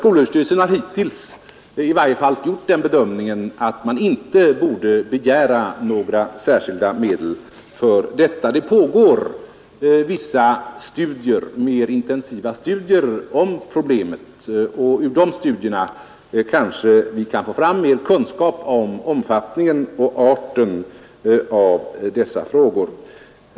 Skolöverstyrelsen har hittills i varje fall gjort den bedömningen att man inte bordv begära några särskilda medel för detta. Vissa mer intensiva studier om problemet pagår. och av dessa studier kanske vi kan få fram mera kunskaper om omfattningen och arten av dessa frägor.